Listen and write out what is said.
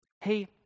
hey